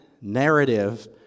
narrative